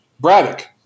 Braddock